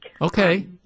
Okay